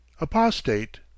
Apostate